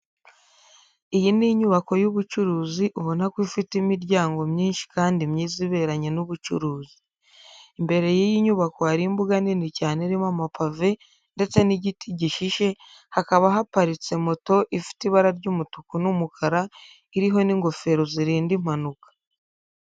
Iyi ni inyubako y'ubucuruzi ubona ko ifite imiryango myinshi kandi myiza iberanye n'ubucuruzi. Imbere y'iyi nyubako hari imbuga nini cyane irimo amapave ndetse n'igiti gishishe, hakaba haparitse moto ifite ibara ry'umutuku n'umukara, iriho n'ingofero zirinda impanuka.